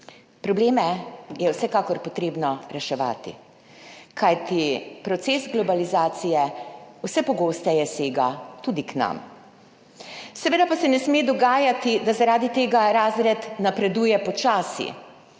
Probleme je vsekakor potrebno reševati, kajti proces globalizacije vse pogosteje sega tudi k nam. Seveda pa se ne sme dogajati, da zaradi tega razred napreduje počasi.